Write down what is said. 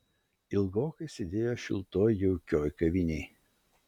ilgokai sėdėjo šiltoj jaukioj kavinėj